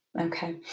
okay